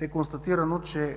е констатирано, че